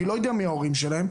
אני לא יודע מי ההורים שלהם,